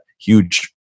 huge